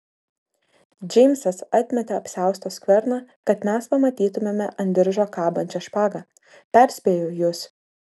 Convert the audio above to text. džeimsas atmetė apsiausto skverną kad mes pamatytumėme ant diržo kabančią špagą perspėju jus